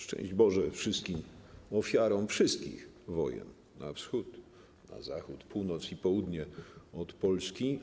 Szczęść Boże wszystkim ofiarom wszystkich wojen, na wschód, na zachód, północ i południe od Polski.